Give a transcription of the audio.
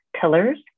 pillars